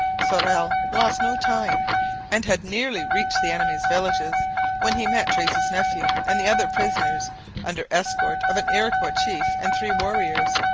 sorel lost no time and had nearly reached the enemy's villages when he met tracy's nephew and the other prisoners under escort of an iroquois chief and three warriors,